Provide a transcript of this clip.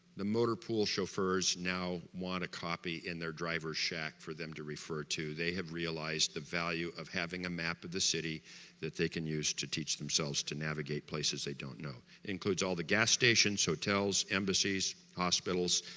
the motor pool chauffeurs now want a copy in their driver's shack for them to refer to, they have realised the value of having a map of this city that they can use to teach themselves to navigate places they don't know, it includes all the gas stations, hotels, embassies, hospitals,